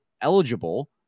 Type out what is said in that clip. eligible